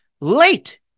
late